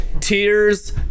tears